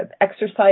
exercise